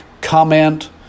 comment